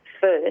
first